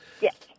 Yes